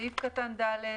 סעיף קטן (ד)